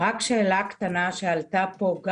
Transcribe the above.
רק שאלה קטנה שעלתה פה.